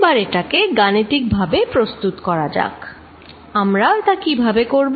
এবার এটাকে গাণিতিকভাবে প্রস্তুত করা যাক আমরা তা কিভাবে করব